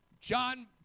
john